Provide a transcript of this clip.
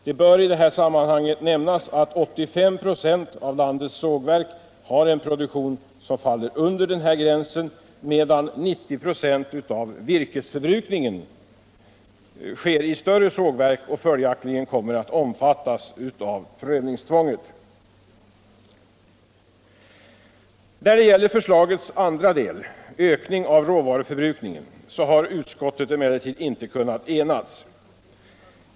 Det bör i det här sammanhanget nämnas att 85 96 av landets sågverk har en produktion som faller under denna gräns, medan 90 96 av virkesförbrukningen sker i större sågverk och följaktligen kommer att omfattas av prövningstvånget. När det gäller förslagets andra del, ökning av råvaruförbrukningen, har utskottet emellertid inte kunnat enas.